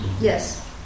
Yes